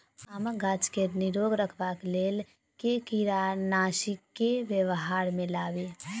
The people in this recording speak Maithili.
आमक गाछ केँ निरोग रखबाक लेल केँ कीड़ानासी केँ व्यवहार मे लाबी?